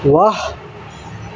ವಾಹ್